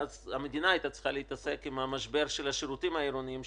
ואז המדינה הייתה צריכה להתעסק עם המשבר של השירותים העירוניים,